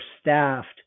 staffed